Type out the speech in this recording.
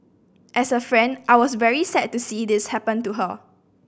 as a friend I was very sad to see this happen to her